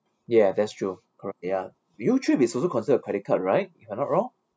ya that's true cor~ ya YouTrip is also consider a credit card right if I'm not wrong